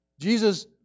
Jesus